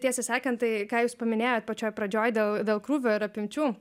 tiesą sakant tai ką jūs paminėjot pačioj pradžioj dėl dėl krūvio ir apimčių